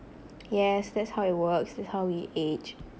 yes that's how it works that's how we age